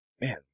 Man